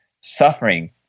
suffering